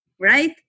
right